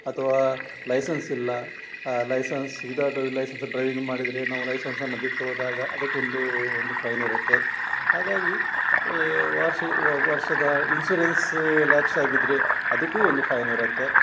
ಅಥವಾ ಲೈಸನ್ಸ್ ಇಲ್ಲ license without license driving ಮಾಡಿದರೆ ನಾವು ಲೈಸನ್ಸನ್ನು ಬಿಟ್ಟೋದಾಗ ಅದಕ್ಕೊಂದು ಒಂದು ಫೈನ್ ಇರುತ್ತೆ ಹಾಗಾಗಿ ಈ ವಾರ್ಷಿ ವರ್ಷದ ಇನ್ಸೂರೆನ್ಸ್ ಲ್ಯಾಪ್ಸ್ ಆಗಿದ್ದರೆ ಅದಕ್ಕೂ ಒಂದು ಫೈನ್ ಇರುತ್ತೆ